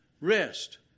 Rest